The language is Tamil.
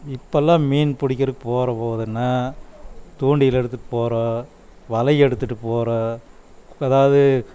இப்போல்லாம் மீன் பிடிக்கிற போகிற போகுன்னா தூண்டில் எடுத்துகிட்டு போகிறோம் வலை எடுத்துகிட்டு போகிறோம் இப்போ ஏதாவது